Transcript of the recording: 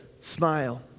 smile